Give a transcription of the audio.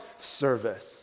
service